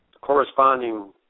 Corresponding